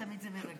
תודה רבה.